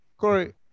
Corey